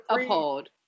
appalled